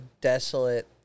desolate